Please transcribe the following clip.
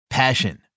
Passion